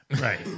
Right